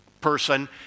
person